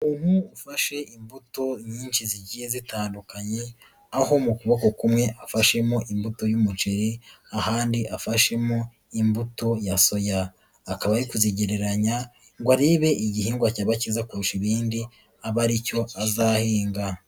Umuntu ufashe imbuto nyinshi zigiye zitandukanye, aho mu kuboko kumwe afashemo imbuto y'umuceri ahandi afashemo imbuto ya soya akaba ya kuzigereranya ngo arebe igihingwa cyabakiza kurusha ibindi abe aricyo azahinga.